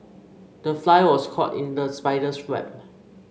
the fly was caught in the spider's web